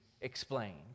explained